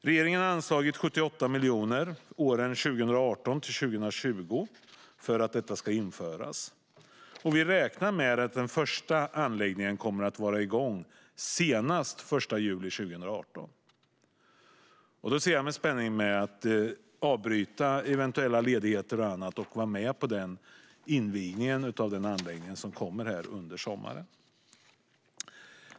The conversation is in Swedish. Regeringen har anslagit 78 miljoner för 2018-2020 för att detta ska införas. Vi räknar med att den första anläggningen kommer att vara i gång senast den 1 juli 2018. Jag ser med spänning fram emot att avbryta eventuella ledigheter och annat för att vara med på invigningen av den anläggningen under sommaren.